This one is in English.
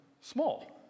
small